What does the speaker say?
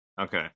okay